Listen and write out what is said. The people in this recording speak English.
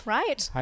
right